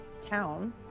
town